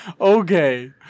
okay